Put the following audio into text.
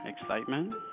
excitement